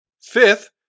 Fifth